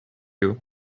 you